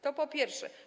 To po pierwsze.